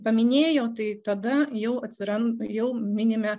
paminėjo tai tada jau atsiranda jau minime